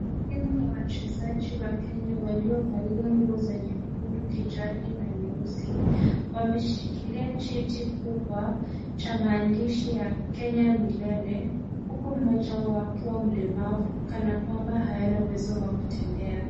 Timu ya wachezaji wa Kenya waliovalia nguo za nyekundu, kijani na nyeusi wameshikilia cheti kubwa cha maandishi ya Kenya milele, huku mmoja wao akiwa mlemavu kana kwamba hana uwezo wa kutembea.